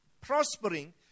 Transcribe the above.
prospering